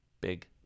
big